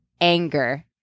anger